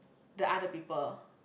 the other people